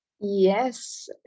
Yes